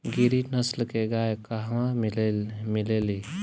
गिरी नस्ल के गाय कहवा मिले लि?